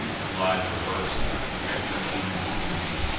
he lies revers'd the victor king descends,